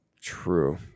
True